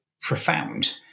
profound